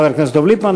חבר הכנסת דב ליפמן,